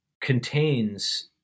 contains